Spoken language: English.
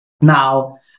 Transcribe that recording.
Now